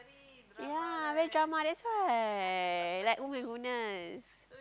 yeah very drama that's why like [oh]-my-goodness